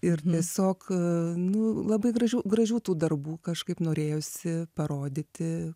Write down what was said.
ir tiesiog nu labai gražių gražių tų darbų kažkaip norėjosi parodyti